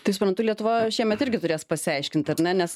tai suprantu lietuva šiemet irgi turės pasiaiškinti ar ne nes